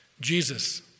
Jesus